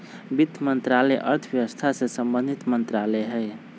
वित्त मंत्रालय अर्थव्यवस्था से संबंधित मंत्रालय हइ